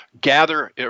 gather